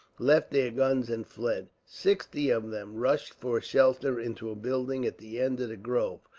left their guns and fled. sixty of them rushed for shelter into a building at the end of the grove,